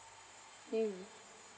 mm